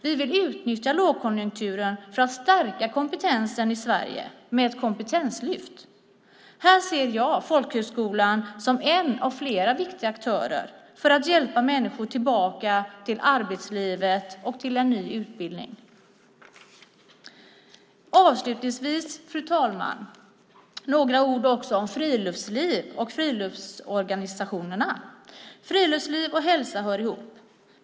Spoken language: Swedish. Vi vill utnyttja lågkonjunkturen för att stärka kompetensen i Sverige med ett kompetenslyft. Här ser jag folkhögskolan som en av flera viktiga aktörer för att hjälpa människor tillbaka till arbetslivet och till en ny utbildning. Avslutningsvis, fru talman, vill jag säga några ord också om friluftsliv och friluftsorganisationerna. Friluftsliv och hälsa hör ihop.